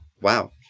Wow